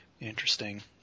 interesting